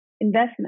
investment